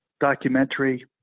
documentary